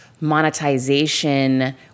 monetization